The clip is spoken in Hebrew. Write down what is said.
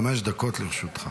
חמש דקות לרשותך.